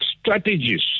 Strategies